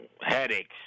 headaches